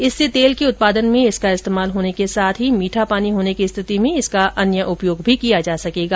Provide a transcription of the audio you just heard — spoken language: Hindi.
इससे तेल के उत्पादन में इसका इस्तेमाल होने के साथ मीठा पानी होने की स्थिति में उसका अन्य उपयोग भी किया जा सकेगा